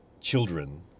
children